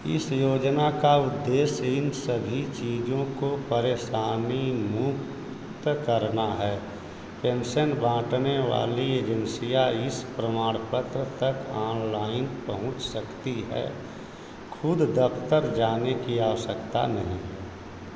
इस योजना का उद्देश्य इन सभी चीज़ों को परेशानी मुक्त करना है पेंशन बाँटने वाली एजेंसियाँ इस प्रमाणपत्र तक ऑनलाइन पहुँच सकती है ख़ुद दफ़्तर जाने की आवश्यकता नहीं है